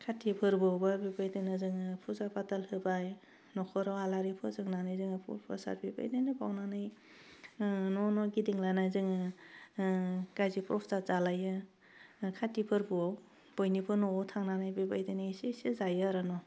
काति फोरबोआवबो बेबायदिनो जोङो फुजा फाथाल होबाय नखराव आलारि फोजोंनानै जोङो फुल प्रसाद बेबायदिनो बाउनानै न' न' गिदिंलाना जोङो गासै प्रसाद जालायो ओह काति फोरबोआव बयनिबो न'वाव थांनानै बेबायदिनो इसि इसि जायो आरो न'